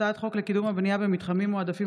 הצעת חוק לקידום הבנייה במתחמים מועדפים